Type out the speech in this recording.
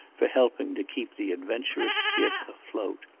for helping to keep the adventurous skiff afloat.